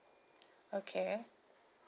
okay